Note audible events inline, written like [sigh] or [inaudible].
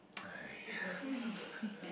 [noise] !aiya!